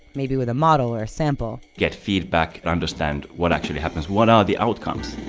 maybe with a model or a sample get feedback and understand what actually happens what are the outcomes?